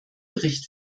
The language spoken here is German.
bericht